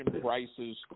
prices